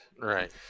Right